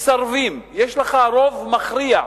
מסרבים, יש לך רוב מכריע.